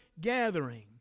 gathering